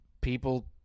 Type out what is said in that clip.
people